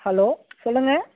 hello சொல்லுங்கள்